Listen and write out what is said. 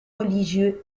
religieux